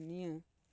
ᱱᱤᱭᱟᱹ